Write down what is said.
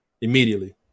immediately